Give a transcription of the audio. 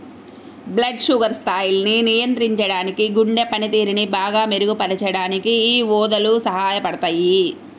blood sugar స్థాయిల్ని నియంత్రించడానికి, గుండె పనితీరుని బాగా మెరుగుపరచడానికి యీ ఊదలు సహాయపడతయ్యి